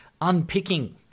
unpicking